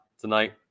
tonight